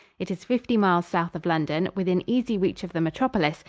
it is fifty miles south of london, within easy reach of the metropolis,